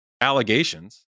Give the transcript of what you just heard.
allegations